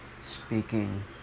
speaking